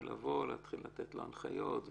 ועכשיו לבוא ולהתחיל לתת לו הנחיות,